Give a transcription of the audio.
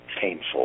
painful